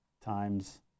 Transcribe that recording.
times